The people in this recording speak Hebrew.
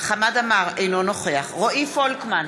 חמד עמאר, אינו נוכח רועי פולקמן,